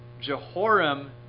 Jehoram